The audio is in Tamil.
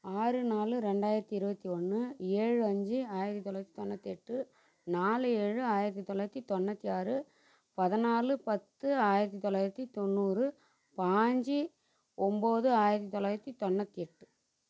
ஆறு நாலு ரெண்டாயிரத்து இருபத்தி ஒன்று ஏழு அஞ்சு ஆயிரத்து தொள்ளாயிரத்தி தொண்ணூற்றி எட்டு நாலு ஏழு ஆயிரத்து தொள்ளாயிரத்தி தொண்ணூற்றி ஆறு பதினாலு பத்து ஆயிரத்து தொள்ளாயிரத்தி தொண்ணூறு பாய்ஞ்சு ஒம்பது ஆயிரத்து தொள்ளாயிரத்தி தொண்ணூற்றி எட்டு